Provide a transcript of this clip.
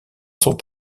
sont